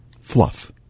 fluff